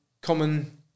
common